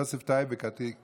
יוסף טייב וקטי